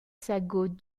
sagot